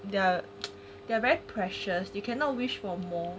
they are they are very precious you cannot wish for more